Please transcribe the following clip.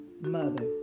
mother